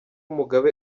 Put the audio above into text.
mugabe